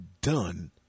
done